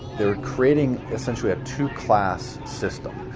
they're creating. essentially, a two-class system.